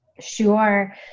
Sure